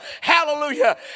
hallelujah